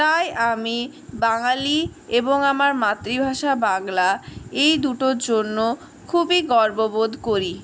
তাই আমি বাঙালি এবং আমার মাতৃভাষা বাংলা এই দুটোর জন্য খুবই গর্ববোধ করি